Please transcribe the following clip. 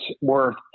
worth